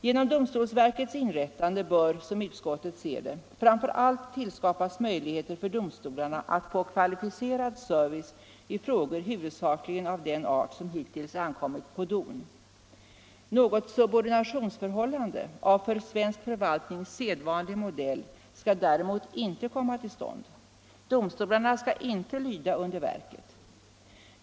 Genom domstolsverkets inrättande bör, som utskottet ser det, framför allt tillskapas möjligheter för domstolarna att få kvalificerad service i frågor av huvudsakligen den art som hittills ankommit på DON. Något subordinationsförhållande av för svensk förvaltning sedvanlig modell skall däremot inte komma till stånd. Domstolarna skall inte lyda under verket.